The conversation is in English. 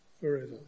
forever